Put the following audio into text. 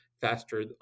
faster